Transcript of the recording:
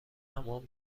حمام